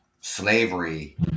slavery